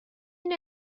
این